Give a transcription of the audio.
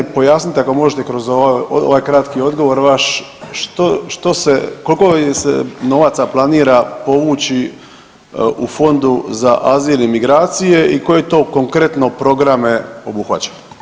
Pojasnite ako možete kroz ovaj kratki odgovor vaš, što se, koliko se novaca planira povući u Fondu za azil i migracije i koje to konkretno programe obuhvaća?